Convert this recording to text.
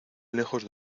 lejos